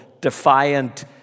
defiant